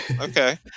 Okay